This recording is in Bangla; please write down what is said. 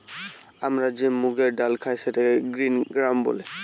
আমরা যে মুগের ডাল খাই সেটাকে গ্রিন গ্রাম বলে